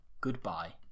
Goodbye